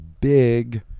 Big